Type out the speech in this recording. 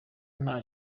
nta